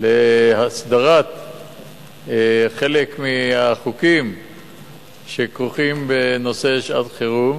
להסדרת חלק מהחוקים שכרוכים בנושא שעת-חירום,